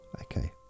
Okay